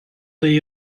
tai